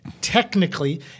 technically